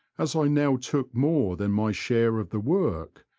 as i now took more than my share of the work,